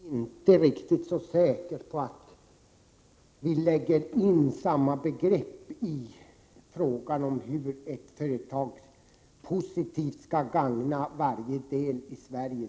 Herr talman! Jag är inte så säker på att Lars Ahlström och jag lägger in samma begrepp i frågan om hur ett företag positivt skall gagna varje del i Sverige.